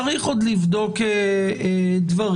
צריך עוד לבדוק דברים.